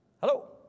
Hello